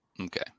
Okay